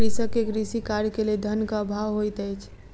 कृषक के कृषि कार्य के लेल धनक अभाव होइत अछि